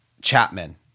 Chapman